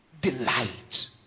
delight